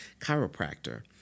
chiropractor